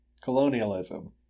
colonialism